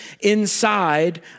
inside